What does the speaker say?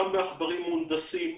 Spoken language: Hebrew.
גם בעכברים מהונדסים,